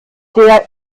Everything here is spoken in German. der